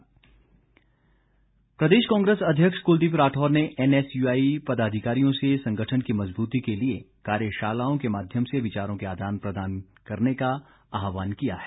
राठौर प्रदेश कांग्रेस अध्यक्ष कुलदीप राठौर ने एनएसयूआई पदाधिकारियों से संगठन की मजबूती के लिए कार्यशालाओं के माध्यम से विचारों के आदान प्रदान करने का आहवान किया है